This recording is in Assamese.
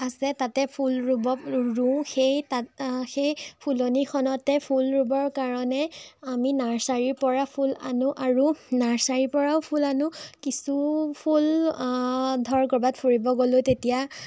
আছে তাতে ফুল ৰুব ৰুওঁ সেই তাত সেই ফুলনিখনতে ফুল ৰুবৰ কাৰণে আমি নাৰ্ছাৰিৰ পৰা ফুল আনো আৰু নাৰ্ছাৰিৰ পৰাও ফুল আনো কিছু ফুল ধৰ কেতিয়াবা ফুৰিব গলোঁ তেতিয়া